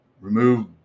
Remove